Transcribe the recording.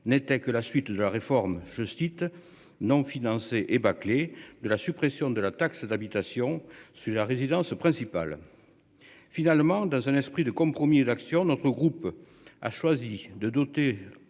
n'était que la suite de la réforme, je cite, non financée et bâclée de la suppression de la taxe d'habitation sur la résidence principale. Finalement, dans un esprit de compromis, l'action notre groupe a choisi de doter